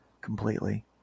completely